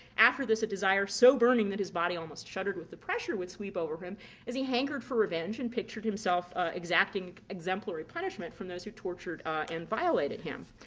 after this a desire so burning that his body almost shuddered with the pressure that would sweep over him as he hankered for revenge and pictured himself exacting exemplary punishment from those who tortured and violated him.